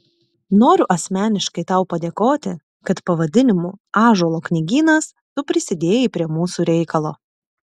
noriu asmeniškai tau padėkoti kad pavadinimu ąžuolo knygynas tu prisidėjai prie mūsų reikalo